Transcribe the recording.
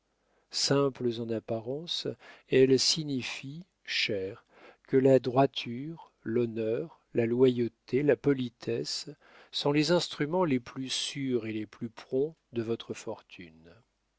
simples en apparence elles signifient cher que la droiture l'honneur la loyauté la politesse sont les instruments les plus sûrs et les plus prompts de votre fortune